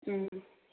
ꯎꯝ